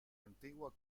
antigua